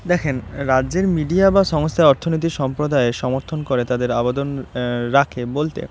দেখেন রাজ্যের মিডিয়া বা সংস্থার অর্থনীতিক সম্প্রদায় সমর্থন করে তাদের আবেদন রাখে বলতে